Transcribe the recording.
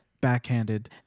backhanded